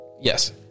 Yes